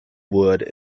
wood